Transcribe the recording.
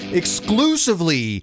exclusively